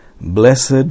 Blessed